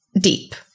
deep